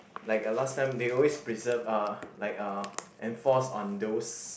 like a last time they always preserve uh like uh enforce on those